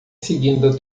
seguida